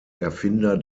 erfinder